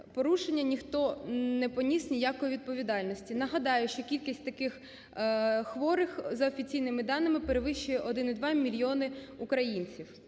ніхто не поніс ніякої відповідальності. Нагадаю, що кількість таких хворих за офіційними даними перевищує 1,2 мільйони українців.